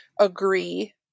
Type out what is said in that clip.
agree